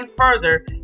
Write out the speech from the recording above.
further